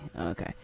Okay